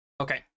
Okay